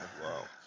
Wow